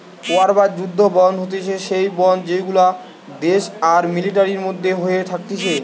war বা যুদ্ধ bond হতিছে সেই বন্ড গুলা যেটি দেশ আর মিলিটারির মধ্যে হয়ে থাকতিছে